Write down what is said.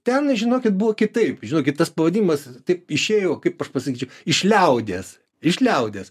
ten žinokit buvo kitaip žinokit tas spaudimas taip išėjo kaip aš pasakyčiau iš liaudies iš liaudies